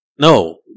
No